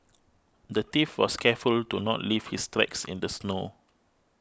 the thief was careful to not leave his tracks in the snow